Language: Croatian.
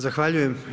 Zahvaljujem.